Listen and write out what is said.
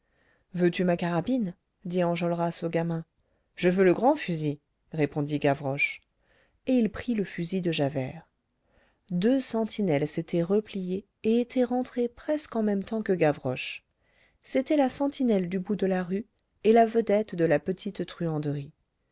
veux-tu ma carabine dit enjolras au gamin je veux le grand fusil répondit gavroche et il prit le fusil de javert deux sentinelles s'étaient repliées et étaient rentrées presque en même temps que gavroche c'était la sentinelle du bout de la rue et la vedette de la petite truanderie